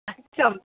अच्छा